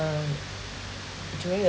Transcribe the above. um actually